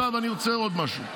עכשיו אני רוצה עוד משהו.